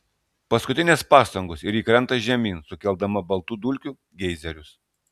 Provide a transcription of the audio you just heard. paskutinės pastangos ir ji krenta žemyn sukeldama baltų dulkių geizerius